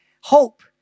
Hope